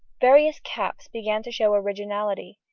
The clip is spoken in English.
various caps began to show originality,